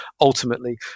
ultimately